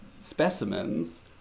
specimens